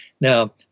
Now